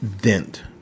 Dent